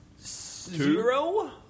Zero